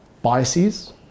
biases